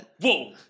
Whoa